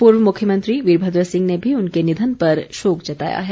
पूर्व मुख्यमंत्री वीरभद्र सिंह ने भी उनके निधन पर शोक जताया है